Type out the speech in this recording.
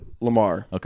Lamar